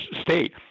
state